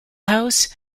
house